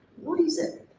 what is it?